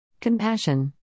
Compassion